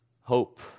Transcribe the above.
Hope